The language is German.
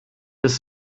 ist